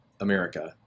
America